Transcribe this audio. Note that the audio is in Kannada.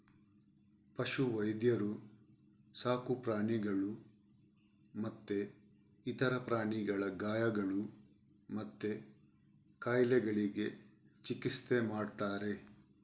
ಪಶು ವೈದ್ಯರು ಸಾಕು ಪ್ರಾಣಿಗಳು ಮತ್ತೆ ಇತರ ಪ್ರಾಣಿಗಳ ಗಾಯಗಳು ಮತ್ತೆ ಕಾಯಿಲೆಗಳಿಗೆ ಚಿಕಿತ್ಸೆ ಮಾಡ್ತಾರೆ